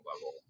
level